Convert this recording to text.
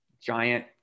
giant